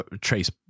trace